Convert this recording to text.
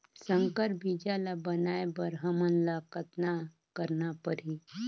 संकर बीजा ल बनाय बर हमन ल कतना करना परही?